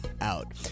out